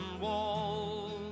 Wall